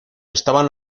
estaban